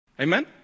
Amen